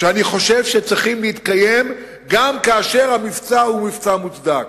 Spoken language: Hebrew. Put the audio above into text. שאני חושב שצריכים להתקיים גם כשהמבצע הוא מבצע מוצדק.